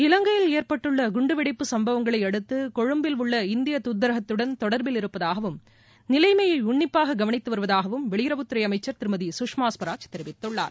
இலங்கையில் ஏற்பட்டுள்ள குண்டு வெடிப்பு சம்பவங்களையடுத்து கொழும்புவில் உள்ள இந்தியத் துதரகத்துடன் தொடர்பில் இருப்பதாகவும் நிலைமையை உள்ளிப்பாக கவனித்து வருவதாகவும் வெளியுறவுத்துறை அமைச்சர் திருமதி சுஷ்மா ஸ்வராஜ் தெரிவித்துள்ளார்